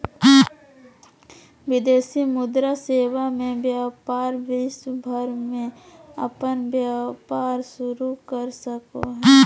विदेशी मुद्रा सेवा मे व्यपारी विश्व भर मे अपन व्यपार शुरू कर सको हय